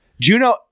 Juno